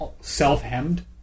self-hemmed